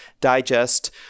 digest